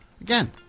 again